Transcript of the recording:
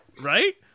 Right